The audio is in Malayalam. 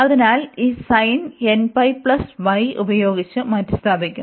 അതിനാൽ ഈ ഉപയോഗിച്ച് മാറ്റിസ്ഥാപിക്കുന്നു